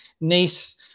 Nice